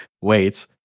wait